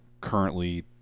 currently